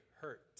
hurt